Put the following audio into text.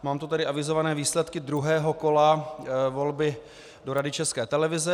Mám tu avizované výsledky druhého kola volby do Rady České televize.